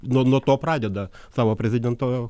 nuo nuo to pradeda savo prezidento